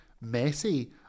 messy